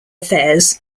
affairs